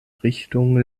richtung